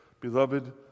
Beloved